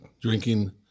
drinking